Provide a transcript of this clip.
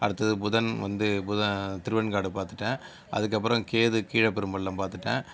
அடுத்தது புதன் வந்து புதன் திருவெண்காடு பார்த்துட்டேன் அதுக்கப்புறம் கேது கீழப்பெரும்பள்ளம் பார்த்துட்டேன்